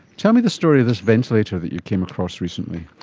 tell me the story of this ventilator that you came across recently.